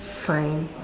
fine